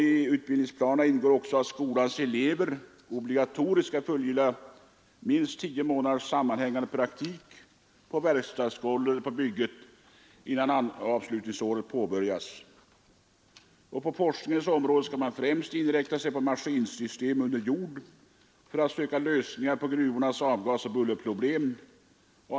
I utbildningsplanerna ingår också att skolans elever obligatoriskt skall fullgöra minst tio månaders sammanhängande praktik på verkstadsgolvet eller på bygget innan avslutningsåret påbörjas. På forskningens område skall man främst inrikta sig på maskinsystem under jord för att söka lösningar på gruvornas avgasoch bullerproblem.